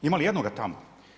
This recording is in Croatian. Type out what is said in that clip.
Ima li jednoga tamo?